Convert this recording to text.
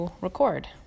record